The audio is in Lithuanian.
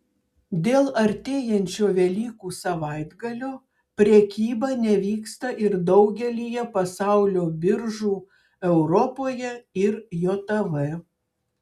dėl artėjančio velykų savaitgalio prekyba nevyksta ir daugelyje pasaulio biržų europoje ir jav